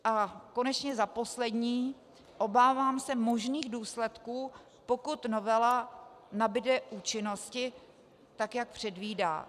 A konečně za poslední, obávám se možných důsledků, pokud novela nabude účinnosti tak, jak předvídá.